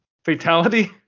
fatality